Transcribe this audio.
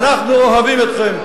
אנחנו אוהבים אתכם.